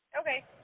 Okay